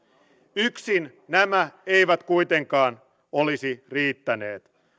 yksin nämä eivät kuitenkaan olisi riittäneet